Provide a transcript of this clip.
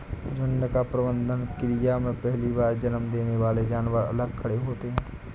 झुंड का प्रबंधन क्रिया में पहली बार जन्म देने वाले जानवर अलग खड़े होते हैं